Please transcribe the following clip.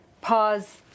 Pause